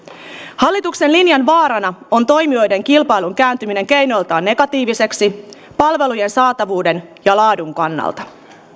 hallituksen linjan vaarana on toimijoiden kilpailun kääntyminen keinoiltaan negatiiviseksi palvelujen saatavuuden ja laadun kannalta